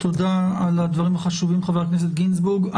תודה על הדברים החשובים, חבר הכנסת גינזבורג.